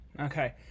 Okay